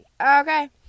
Okay